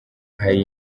hari